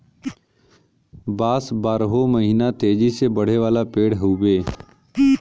बांस बारहो महिना तेजी से बढ़े वाला पेड़ हउवे